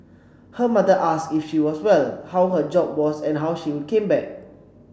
her mother asked if she was well how her job was and when she would came back